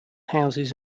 houses